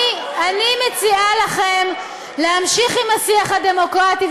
אני מציעה לכם להמשיך בשיח הדמוקרטי,